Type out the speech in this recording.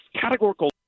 categorical